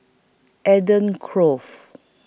Eden